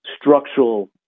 structural